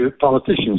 politicians